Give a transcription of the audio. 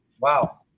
Wow